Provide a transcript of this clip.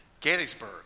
Gettysburg